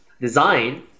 design